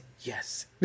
yes